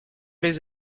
les